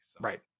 Right